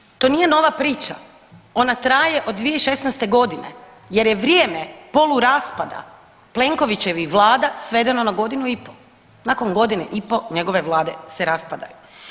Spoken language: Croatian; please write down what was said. Međutim, to nije nova priča, ona traje od 2016.g. jer je vrijeme poluraspada Plenkovićevih vlada svedeno na godinu i po, nakon godine i po njegove vlade se raspadaju.